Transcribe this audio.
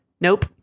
Nope